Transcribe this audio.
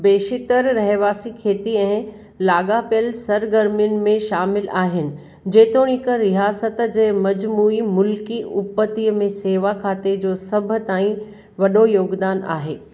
बेशितरु रहवासी खेती ऐं लागा॒पियलु सरगर्मियुनि में शामिलु आहिनि जेतोणिक रियासत जे मजमूई मुल्की उपतिअ में शेवा खाते जो सभ ताईं वॾो योगदानु आहे